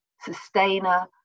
sustainer